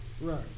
Right